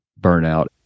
burnout